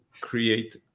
create